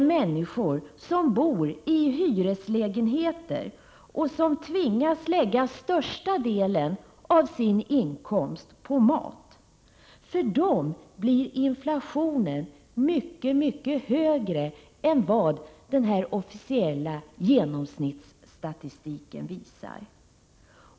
Jo, människor som bor i hyreslägenheter och som tvingas lägga största delen av sin inkomst på mat. För dem blir inflationen mycket högre än den officiella genomsnittsstatistiken visar att den är.